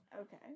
Okay